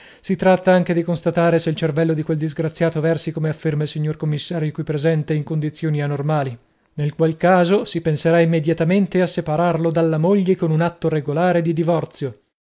si tratta anche di constatare se il cervello di quel disgraziato versi come afferma il signor commissario qui presente in condizioni anormali nel qual caso si penserà immediatamente a separarlo dalla moglie con un atto regolare di divorzio